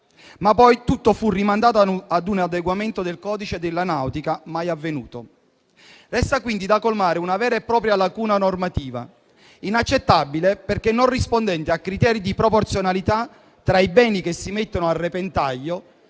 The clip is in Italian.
ma poi tutto fu rimandato a un adeguamento del codice della nautica, mai avvenuto. Resta quindi da colmare una vera e propria lacuna normativa, inaccettabile perché non rispondente a criteri di proporzionalità tra i beni che si mettono a repentaglio,